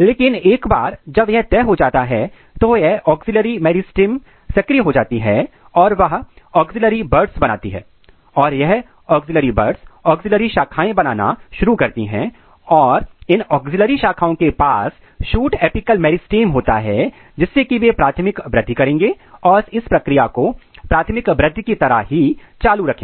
लेकिन एक बार जब तय हो जाता है तो यह ऑग्ज़ीलियरी मेरिस्टम सक्रिय हो जाती है और वह ऑग्ज़ीलियरी buds बनाती है और यह ऑग्ज़ीलियरी buds ऑग्ज़ीलियरी शाखाएं बनाना शुरू करती हैं और इन ऑग्ज़ीलियरी शाखाओं के पास शूट अपिकल मेरिस्टम होता है जिससे कि वे प्राथमिक वृद्धि करेंगे और इस प्रक्रिया को प्राथमिक वृद्धि की तरह ही चालू रखेंगे